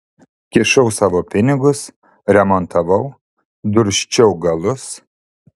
kišau savo pinigus remontavau dursčiau galus